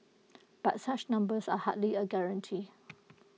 but such numbers are hardly A guarantee